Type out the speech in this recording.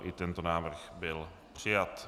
I tento návrh byl přijat.